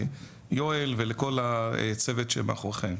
ליואל ולכל הצוות שמאחוריכם.